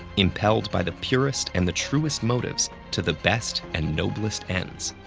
impelled by the purest and the truest motives to the best and noblest ends.